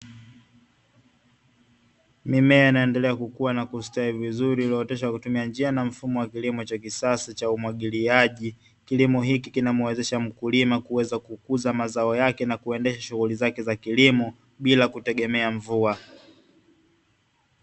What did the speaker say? Mimea inayoendelea kukua na kustawi vizuri, iliyooteshwa kwa kutumia njia na mfumo wa kilimo cha kisasa cha umwagiliaji. Kilimo hiki kinamuwezesha mkulima kuweza kukuza mazao yake na kuendesha shughuli zake za kilimo, bila kutegemea mvua.